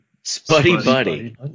Spuddy-buddy